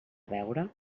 veure